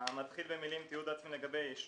שמתחיל במילים "תיעוד עצמי לגבי ישות".